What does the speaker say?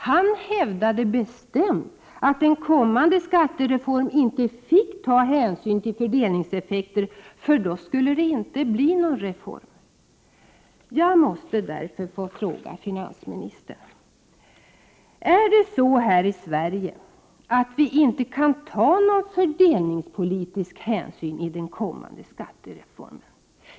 Han hävdade bestämt att en kommande skattereform inte fick ta hänsyn till fördelningseffekter, för då skulle det inte bli någon reform. Jag måste därför få fråga finansministern: Är det så här i Sverige, att vi inte kan ta någon fördelningspolitisk hänsyn i den kommande skattereformen?